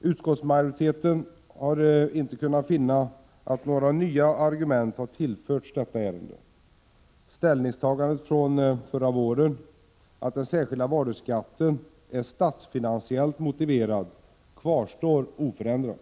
Utskottsmajoriteten har inte kunnat finna att några nya argument tillförts detta ärende. Ställningstagandet från förra våren, att den särskilda varuskatten är statsfinansiellt motiverad, kvarstår oförändrat.